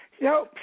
No